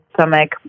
stomach